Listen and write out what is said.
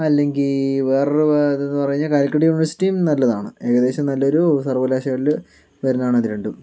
അല്ലെങ്കിൽ വേറൊരു ഇതെന്ന് പറഞ്ഞ് കഴിഞ്ഞാൽ കാലിക്കറ്റ് യൂണിവേർസിറ്റിയും നല്ലതാണ് ഏകദേശം നല്ലൊരു സർവകലാശാലകളിൽ വരുന്നതാണ് അത് രണ്ടും